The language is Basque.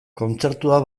kontzertua